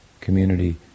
community